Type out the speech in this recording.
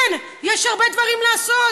כן, יש הרבה דברים לעשות.